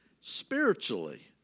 spiritually